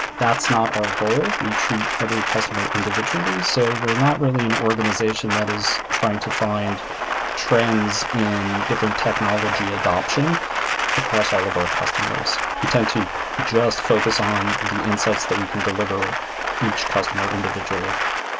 that's not our goal. we treat every customer individually. so we're not really an organization that is trying to find trends in different technology adaption across all of our customers. we tend to just focus on the insights so that we can deliver each customer individually.